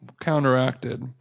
counteracted